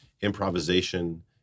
improvisation